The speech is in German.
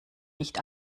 nicht